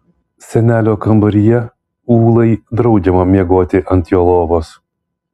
senelio kambaryje ūlai draudžiama miegoti ant jo lovos